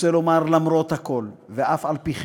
רוצה לומר, למרות הכול ואף-על-פי-כן,